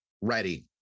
ready